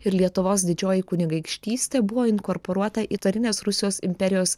ir lietuvos didžioji kunigaikštystė buvo inkorporuota į carinės rusijos imperijos